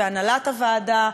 והנהלת הוועדה,